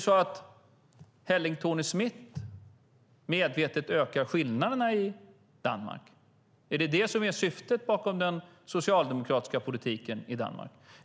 Ökar Helle Thorning-Schmidt medvetet skillnaderna i Danmark? Är det syftet bakom den socialdemokratiska politiken i Danmark?